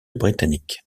britannique